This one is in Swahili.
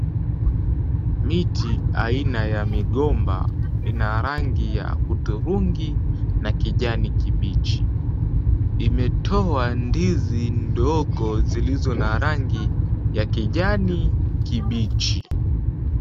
Miti aina ya migomba, ina rangi ya hudhurungi na kijani kibichi, imetoa ndizi ndogo zilizo na rangi ya kijani kibichi.